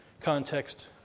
context